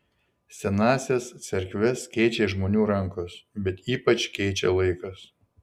senąsias cerkves keičia žmonių rankos bet ypač keičia laikas